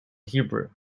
hebrew